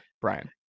brian